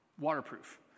waterproof